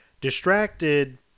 distracted